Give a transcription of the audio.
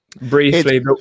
Briefly